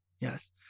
yes